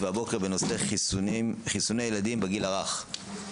הבוקר הנושא הוא חיסוני ילדים בגיל הרך.